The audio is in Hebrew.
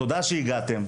תודה שהגעתם.